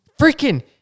Freaking